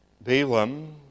Balaam